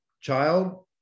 child